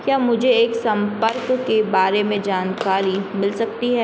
क्या मुझे एक संपर्क के बारे में जानकारी मिल सकती है